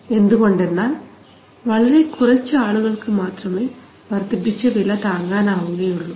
എന്തുകൊണ്ടെന്നാൽ വളരെ കുറച്ച് ആളുകൾക്ക് മാത്രമേ വർധിപ്പിച്ച വില താങ്ങാൻ ആവുകയുള്ളൂ